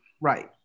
Right